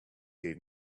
gave